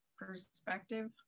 perspective